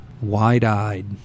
wide-eyed